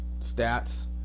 stats